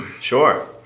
Sure